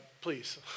please